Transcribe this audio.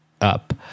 up